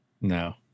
No